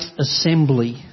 assembly